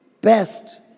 Best